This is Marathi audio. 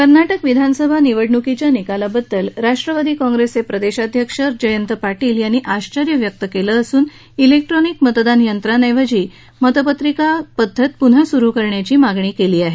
कर्नाटक विधानसभा निवडणुकीच्या निकालाबद्दल राष्ट्रवादी काँप्रेसचे प्रदेशाध्यक्ष जयंत पाटील यांनी आश्वर्य व्यक्त केलं असून ्रिक्ट्रॉनिक मतदान यंत्रांऐवजी मतपत्रिका पुन्हा सुरु करण्याची मागणी त्यांनी केली आहे